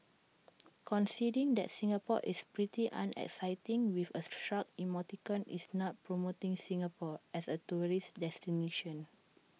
conceding that Singapore is pretty unexciting with A shrug emoticon is not promoting Singapore as A tourist destination